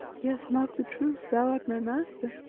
yes, mark the truth, thou art my master!